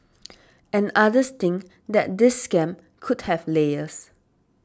and others think that this scam could have layers